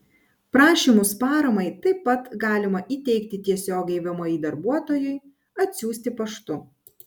prašymus paramai taip pat galima įteikti tiesiogiai vmi darbuotojui atsiųsti paštu